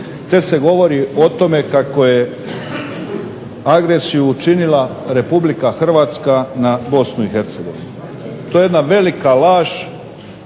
te se govori o tome kako je agresiju učinila Republika Hrvatska na Bosnu i Hercegovinu. To je jedna velika laž